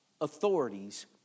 authorities